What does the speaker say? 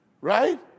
right